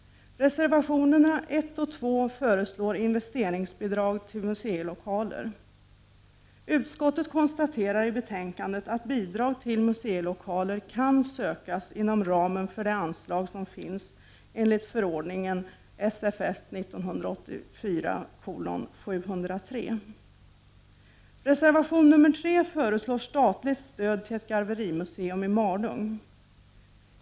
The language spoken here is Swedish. Reservationerna 1 och 2 föreslår investeringsbidrag till museilokaler. Utskottet konstaterar i betänkandet att bidrag till museilokaler kan sökas inom ramen för det anslag som finns enligt förordningen SFS 1984:703. Reservation 3 föreslår statligt stöd till ett garverimuseum i Malung.